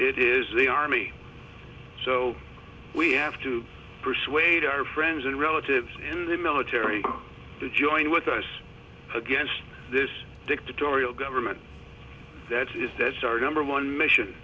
it is the army so we have to persuade our friends and relatives in the military to join with us against this dictatorial government that is that's our number one mission